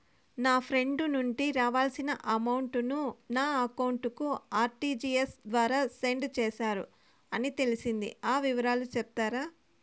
నా ఫ్రెండ్ నుండి రావాల్సిన అమౌంట్ ను నా అకౌంట్ కు ఆర్టిజియస్ ద్వారా సెండ్ చేశారు అని తెలిసింది, ఆ వివరాలు సెప్తారా?